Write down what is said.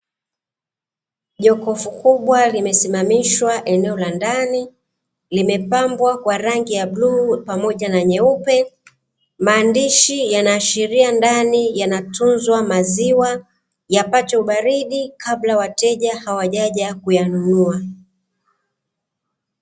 Jokofu kubwa limesimamishwa eneo la ndani, limepambwa kwa rangi ya bluu pamoja na nyeupe, maandishi yaashiria ndani yanatunzwa maziwa yapate ubaridi kabla wateja hawajaja kuyanunua.